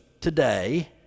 today